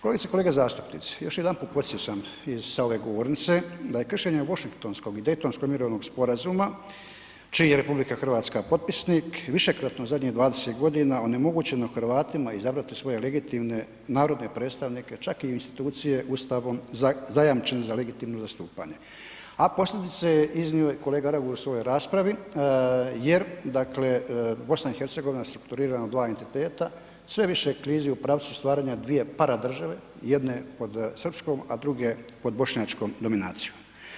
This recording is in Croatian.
Kolegice i kolege zastupnici, još jedanput podsjećam sa ove govornice, da je kršenje Washingtonskog i Daytonskog mirovnog sporazuma, čiji je RH potpisnik, višekratno u zadnjih 20 godina onemogućeno Hrvatima izabrati svoje legitimne narodne predstavnike, čak i institucije Ustavom zajamčene za legitimno zastupanje, a posljedice je iznio i kolega Raguž u svojoj raspravi jer, dakle BiH strukturirana na dva entiteta, sve više klizi u pravcu stvaranja dvije paradržave, jedne od srpskog, a druge pod bošnjačkom dominacijom.